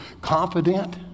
confident